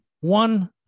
one